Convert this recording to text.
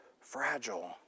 fragile